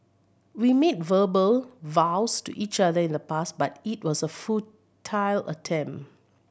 we made verbal vows to each other in the past but it was a futile attempt